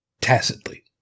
tacitly